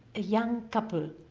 a young couple,